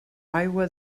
aigua